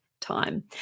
time